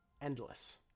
Endless